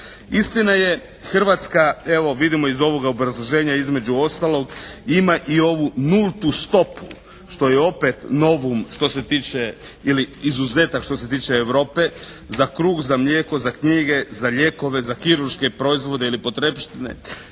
Istina je Hrvatska, evo vidimo iz ovog obrazloženja između ostalog ima i ovu nultu stopu što je opet novum što se tiče ili izuzetak što se tiče Europe za kruh, za mlijeko, za knjige, za lijekove, za kirurške proizvode ili potrepštine,